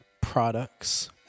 products